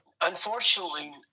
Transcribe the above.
unfortunately